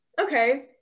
Okay